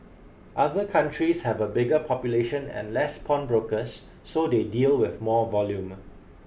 other countries have a bigger population and less pawnbrokers so they deal with more volume